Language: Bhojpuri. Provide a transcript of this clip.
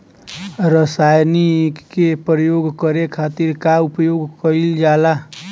रसायनिक के प्रयोग करे खातिर का उपयोग कईल जाला?